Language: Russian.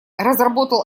разработал